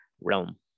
realm